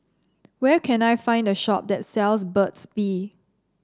where can I find a shop that sells Burt's Bee